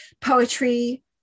poetry